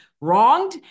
wronged